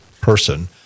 person